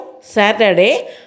Saturday